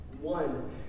One